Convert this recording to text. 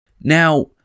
Now